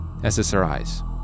SSRIs